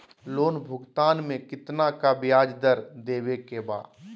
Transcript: Loan भुगतान में कितना का ब्याज दर देवें के बा?